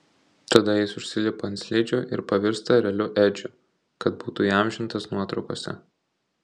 tada jis užsilipa ant slidžių ir pavirsta ereliu edžiu kad būtų įamžintas nuotraukose